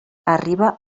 arriba